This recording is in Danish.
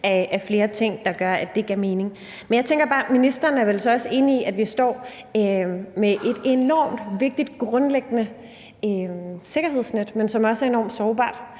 af flere ting, der gør, at det gav mening. Men jeg tænker bare, at ministeren vel så også er enig i, at vi står med et enormt vigtigt grundlæggende sikkerhedsnet, men at det også er enormt sårbart.